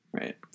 Right